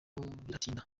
biratinda